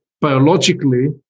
biologically